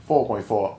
four point four